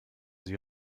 sie